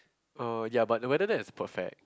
uh ya but the weather there is perfect